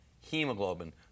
hemoglobin